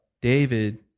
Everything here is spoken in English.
David